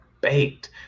baked